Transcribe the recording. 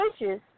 wishes